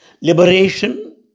Liberation